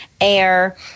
air